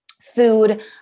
food